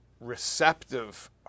receptive